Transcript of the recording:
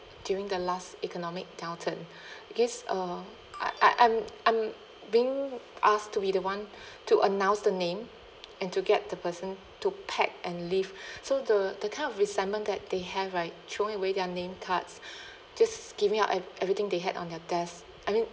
during the last economic downturn because uh I I I'm I'm being asked to be the one to announce the name and to get the person to pack and leave so the the kind of resentment that they have right throwing away their name cards just give me up ev~ everything they had on their desk I mean